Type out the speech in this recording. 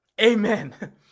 Amen